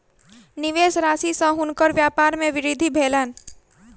निवेश राशि सॅ हुनकर व्यपार मे वृद्धि भेलैन